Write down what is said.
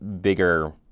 bigger